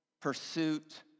pursuit